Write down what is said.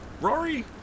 Rory